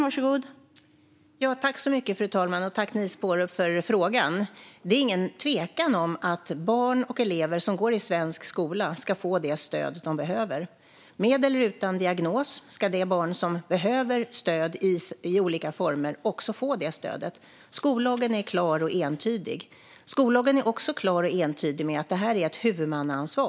Fru talman! Tack, Niels Paarup-Petersen, för frågan! Det är ingen tvekan om att barn och elever som går i svensk skola ska få det stöd de behöver. Med eller utan diagnos ska de barn som behöver stöd i olika former också få det stödet. Skollagen är klar och entydig. Skollagen är också klar och entydig med att det här är ett huvudmannaansvar.